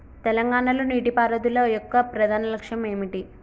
తెలంగాణ లో నీటిపారుదల యొక్క ప్రధాన లక్ష్యం ఏమిటి?